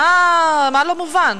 מה לא מובן?